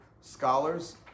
scholars